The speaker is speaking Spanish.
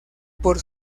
por